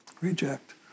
reject